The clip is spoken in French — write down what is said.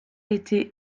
été